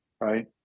right